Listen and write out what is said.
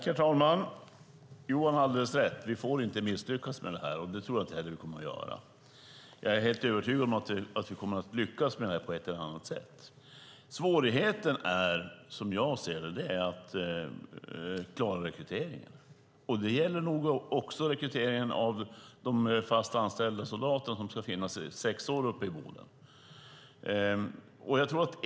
Herr talman! Johan har alldeles rätt: Vi får inte misslyckas med detta. Det tror jag inte heller att vi kommer att göra, utan jag är övertygad om att vi kommer att lyckas på ett eller annat sätt. Svårigheten är, som jag ser det, att klara rekryteringen. Det gäller nog också rekryteringen av de fast anställda soldater som ska finnas i sex år uppe i Boden.